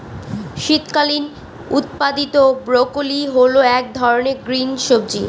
শীতকালীন উৎপাদীত ব্রোকলি হল এক ধরনের গ্রিন সবজি